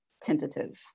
tentative